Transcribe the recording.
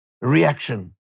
reaction